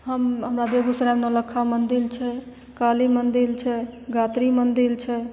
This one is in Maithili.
हम हमरा बेगूसरायमे नौलक्खा मन्दिर छै काली मन्दिर छै गायत्री मन्दिर छै